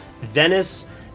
Venice